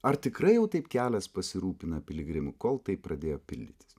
ar tikrai jau taip kelias pasirūpina piligrimu kol tai pradėjo pildytis